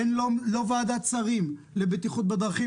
אין ועדת שרים לבטיחות בדרכים,